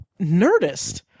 Nerdist